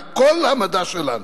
כל המדע שלנו,